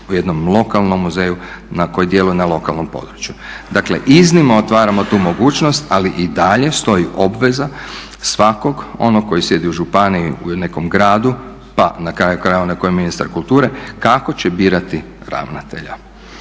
u jednom lokalnom muzeju koji djeluje na lokalnom području. Dakle iznimno otvaramo tu mogućnost, ali i dalje stoji obveza svakog onog koji sjedi u županiji, u nekom gradu, pa na kraju krajeva onaj koji je ministar kulture, kako će birati ravnatelja.